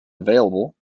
available